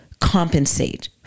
compensate